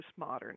postmodern